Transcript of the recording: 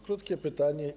Krótkie pytanie.